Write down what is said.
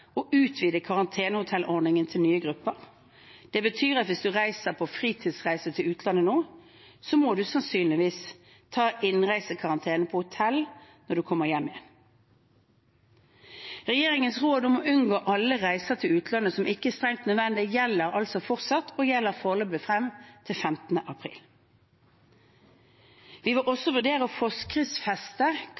å utvide karantenehotellordningen til nye grupper. Det betyr at hvis man reiser på fritidsreise til utlandet nå, må man sannsynligvis ta innreisekarantenen på hotell når man kommer hjem igjen. Regjeringens råd om å unngå alle reiser til utlandet som ikke er strengt nødvendige, gjelder altså fortsatt og gjelder foreløpig frem til 15. april. Vi vil også vurdere å forskriftsfeste